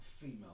female